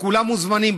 וכולם מוזמנים,